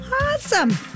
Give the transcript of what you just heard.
awesome